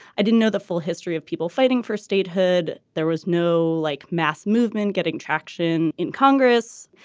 i didn't know the full history of people fighting for statehood. there was no like mass movement getting traction in congress.